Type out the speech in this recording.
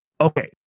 okay